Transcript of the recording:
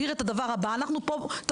פה,